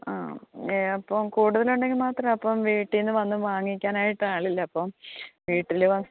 ആ അപ്പം കൂടുതലുണ്ടെങ്കിൽ മാത്രമേ അപ്പം വീട്ടിൽ നിന്ന് വന്നു വാങ്ങിക്കാനായിട്ട് ആളുള്ളപ്പം വീട്ടിൽ